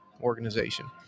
organization